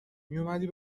میومدی